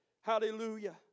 Hallelujah